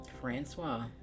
Francois